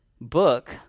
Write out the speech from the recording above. book